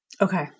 Okay